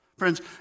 Friends